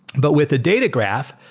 but with a data graph,